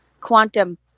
quantum